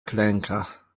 klęka